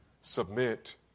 submit